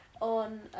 on